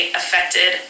affected